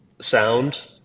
sound